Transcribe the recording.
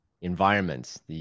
environments